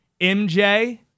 MJ